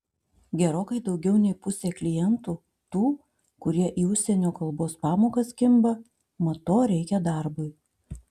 gerokai daugiau nei pusė klientų tų kurie į užsienio kalbos pamokas kimba mat to reikia darbui